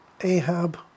Ahab